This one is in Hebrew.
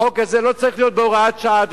החוק הזה לא צריך להיות בהוראת שעה,